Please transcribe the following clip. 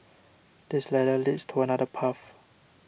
this ladder leads to another path